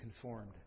conformed